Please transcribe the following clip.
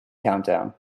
countdown